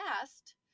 past